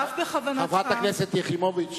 ואף בכוונתך, חברת הכנסת יחימוביץ,